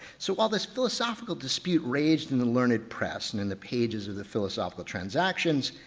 so while this philosophical dispute raged in the learned press and in the pages of the philosophical transactions,